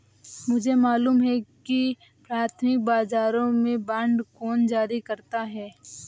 मुझे मालूम है कि प्राथमिक बाजारों में बांड कौन जारी करता है